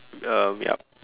um yup